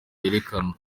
yerekana